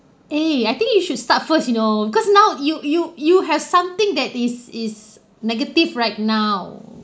eh I think you should start first you know because now you you you have something that is is negative right now